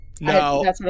No